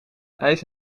ijs